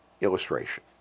illustration